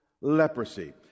leprosy